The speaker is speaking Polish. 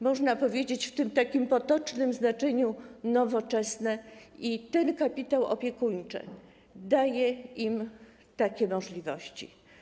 Można powiedzieć - w takim potocznym znaczeniu - nowoczesne i ten kapitał opiekuńczy daje im takie możliwości.